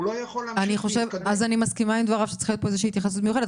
הוא לא יכול להמשיך --- אני מסכימה שצריכה להיות התייחסות מיוחדת,